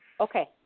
Okay